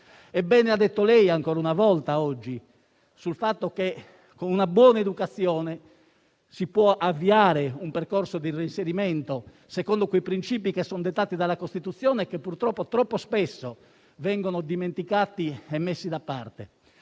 bene oggi, ancora una volta: con una buona educazione, si può avviare un percorso di reinserimento secondo i principi dettati dalla Costituzione, che purtroppo troppo spesso vengono dimenticati e messi da parte.